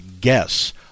guess